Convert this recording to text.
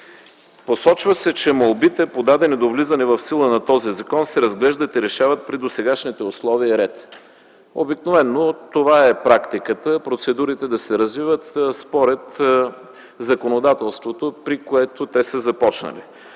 Посочва се, че молбите, подадени до влизане в сила на този закон, се разглеждат и решават при досегашните условия и ред. Обикновено това е практиката – процедурите да се развиват според законодателството, при което те са започнали.